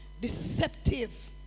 deceptive